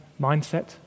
mindset